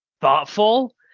thoughtful